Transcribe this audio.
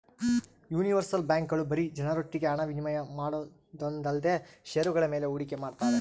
universal ಬ್ಯಾಂಕ್ಗಳು ಬರೀ ಜನರೊಟ್ಟಿಗೆ ಹಣ ವಿನಿಮಯ ಮಾಡೋದೊಂದೇಲ್ದೆ ಷೇರುಗಳ ಮೇಲೆ ಹೂಡಿಕೆ ಮಾಡ್ತಾವೆ